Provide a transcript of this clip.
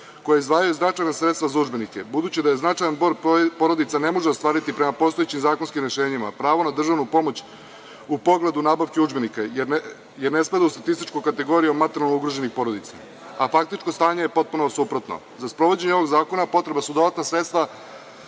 koje izdvajaju značajna sredstva za udžbenike. Budući da je značajan broj porodica ne može ostvariti prema postojećim zakonskim rešenjima pravo na državnu pomoć u pogledu u nabavki udžbenika, jer ne spada u statističku kategoriju materijalno ugroženih porodica, a faktičko stanje je potpuno suprotno. Za sprovođenje ovog zakona potrebna su dodatna sredstva